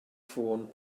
ffôn